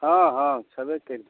हाँ हाँ छबे करि